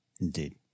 indeed